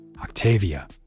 Octavia